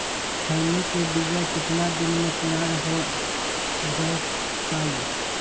खैनी के बिया कितना दिन मे तैयार हो जताइए?